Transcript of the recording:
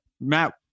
Matt